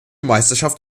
meisterschaft